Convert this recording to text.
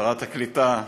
שרת הקליטה,